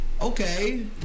Okay